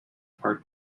part